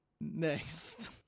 next